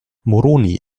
moroni